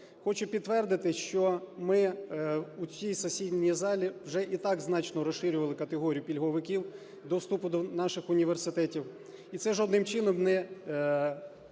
Хочу підтвердити, що ми у цій сесійній залі вже і так значно розширювали категорію пільговиків до вступу до наших університетів, і це жодним чином не